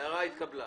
ההערה התקבלה.